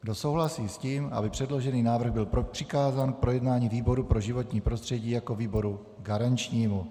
Kdo souhlasí s tím, aby předložený návrh byl přikázán k projednání výboru pro životní prostředí jako výboru garančnímu?